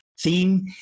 Theme